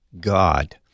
God